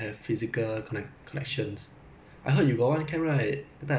我觉得很 unrestricted lah but no choice lor it's to keep everyone safe mah